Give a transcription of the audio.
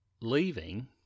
leaving